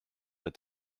est